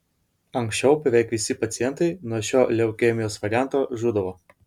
anksčiau beveik visi pacientai nuo šio leukemijos varianto žūdavo